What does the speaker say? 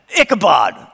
Ichabod